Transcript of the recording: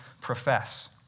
profess